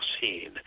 seen